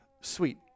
sweet